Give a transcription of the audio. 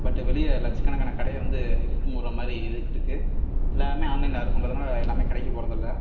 but வெளியே லட்ச கணக்கான கடையை வந்து இழுத்து மூடுகிற மாதிரி இழுத்துருக்கு எல்லாருமே ஆன்லைனில் ஆர்டர் பண்ணுறதுனால எல்லாமே கடைக்கு போகறது இல்லை